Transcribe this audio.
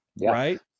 right